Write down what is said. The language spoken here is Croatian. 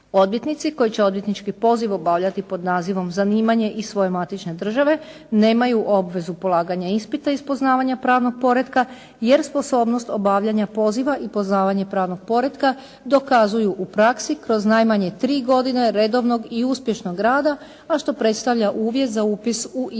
Odvjetnici koji će odvjetnički poziv obavljati pod nazivom zanimanje iz svoje matične države, nemaju obvezu polaganja ispita iz poznavanja pravnog poretka jer sposobnost obavljanja poziva i poznavanje pravnog poretka dokazuju u praksi kroz najmanje tri godine redovnog i uspješnog rada, a što predstavlja uvjet za upis u imenik